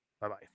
Bye-bye